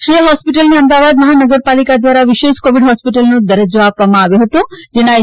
શ્રેય હોસ્પિટલને અમદાવાદ મહાનગર પાલિકા દ્વારા વિશેષ કોવિડ હોસ્પિટલનો દરજ્જો આપવામાં આવ્યો હતો જેના આઈ